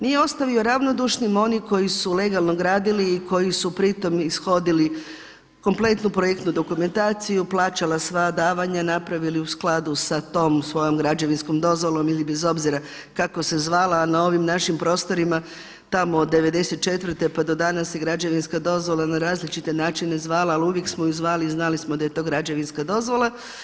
Nije ostavio ravnodušnim one koji su legalno gradili i koji su pritom ishodili kompletnu projektnu dokumentaciju, plaćali sva davanja napravili u skladu sa tom svojom građevinskom dozvolom ili bez obzira kako se zvala na ovim našim prostorima tamo od 94. pa do danas se građevinska dozvola na različite načine zvala ali uvijek smo ju zvali i znali smo da je to građevinska dozvola.